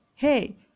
Hey